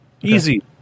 Easy